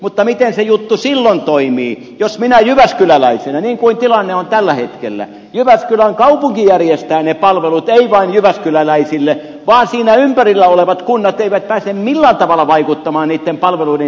mutta miten se juttu silloin toimii jos niin kuin tilanne on tällä hetkellä jyväskylän kaupunki järjestää ne palvelut ei vain jyväskyläläisille mutta siinä ympärillä olevat kunnat eivät pääse millään tavalla vaikuttamaan niiden palveluiden sisältöön